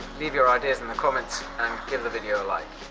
leave your ideas in the comments and give the video a like.